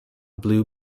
blue